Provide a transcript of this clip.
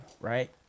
right